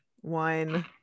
one